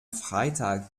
freitag